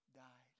died